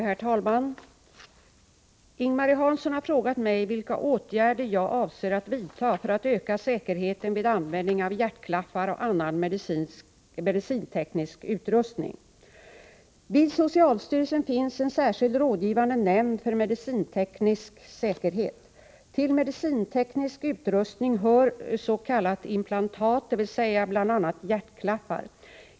Herr talman! Ing-Marie Hansson har frågat mig vilka åtgärder jag avser att vidta för att öka säkerheten vid användning av hjärtklaffar och annan medicinteknisk utrustning. Vid socialstyrelsen finns en särskild rådgivande nämnd för medicinteknisk säkerhet. Till medicinteknisk utrustning hör s.k. implantat, dvs. bl.a. hjärtklaffar.